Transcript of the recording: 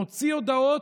מוציא הודעות,